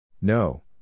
No